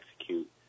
execute